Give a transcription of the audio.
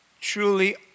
truly